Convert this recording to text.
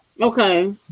Okay